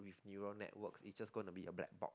with neural networks it's just going to be a black box